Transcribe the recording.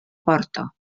porta